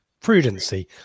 prudency